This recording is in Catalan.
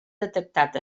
detectat